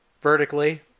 vertically